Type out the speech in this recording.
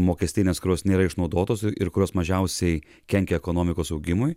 mokestines kurios nėra išnaudotos ir kurios mažiausiai kenkia ekonomikos augimui